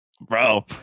Bro